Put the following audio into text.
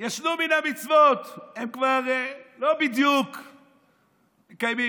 "ישנו מן המצוות" הם כבר לא בדיוק מקיימים.